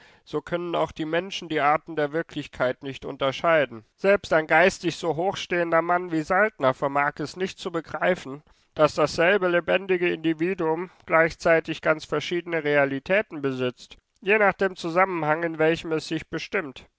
so können auch die menschen die arten der wirklichkeit nicht unterscheiden selbst ein geistig so hochstehender mann wie saltner vermag es nicht zu begreifen daß dasselbe lebendige individuum gleichzeitig ganz verschiedene realitäten besitzt je nach dem zusammenhang in welchem es sich bestimmt